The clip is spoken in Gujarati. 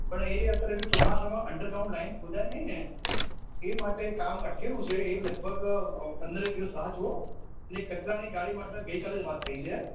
પણ એ અત્રે ચોમાસામાં અંડર ગ્રાઉન્ડ લાઈન ખોદાય નહીં ને એ માટે કામ અટકેલું છે એ લગભગ પંદરેક દિવસ રાહ જુઓ ને કચરાની ગાડી માટે ગઈકાલે જ વાત થઈ છે